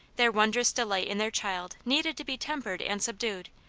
their wondrous delight in their child needed to be tempered and subdued,